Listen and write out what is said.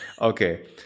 okay